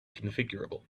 configurable